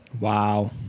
Wow